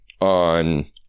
on